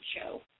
show